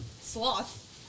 sloth